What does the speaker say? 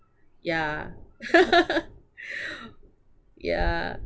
yeah yeah